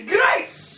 grace